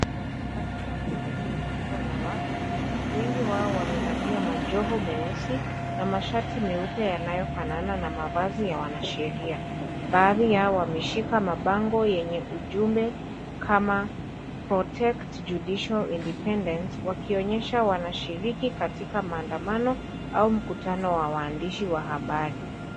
Katika kundi hili kubwa la watu, wengi wao wa mevalia majoho meusi na mashati meupe yanayaofanana na mavazi ya wanashiria, baadhi yao wameshika mabango yenye ujumbe kama Protect Judicial Independence wakionyesha wanashiriki katika mandamano au mkutano wa wandishi wa habari.